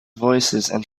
voicesand